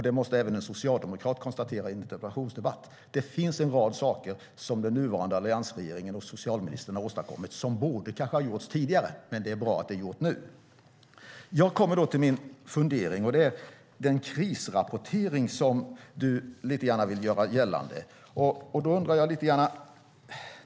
Det måste även en socialdemokrat kunna konstatera i en interpellationsdebatt; det finns en rad saker som den nuvarande alliansregeringen och socialministern har åstadkommit som kanske borde ha gjorts tidigare, men det är bra att det är gjort nu. Jag kommer nu till min fundering. Den gäller den krisrapportering som du lite grann vill göra gällande. Jag undrar lite över detta.